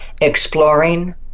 exploring